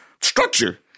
structure